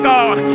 God